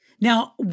Now